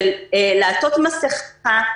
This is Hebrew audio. של לעטות מסיכה,